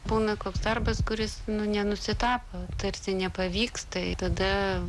būna koks darbas kuris nu nenusitapo tarsi nepavyksta tada